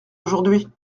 aujourd’hui